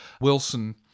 Wilson